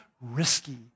risky